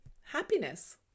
happiness